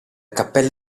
cappella